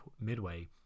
midway